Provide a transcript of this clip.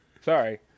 Sorry